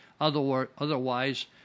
Otherwise